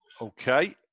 Okay